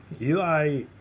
Eli